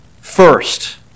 First